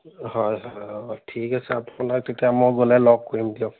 হয় হয় অ ঠিক আছে আপোনাক তেতিয়া মই গ'লে লগ কৰিম দিয়ক